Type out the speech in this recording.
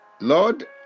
Lord